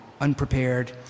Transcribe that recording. unprepared